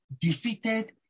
defeated